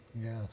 Yes